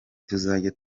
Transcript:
tuzajya